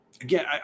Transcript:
again